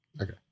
okay